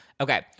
Okay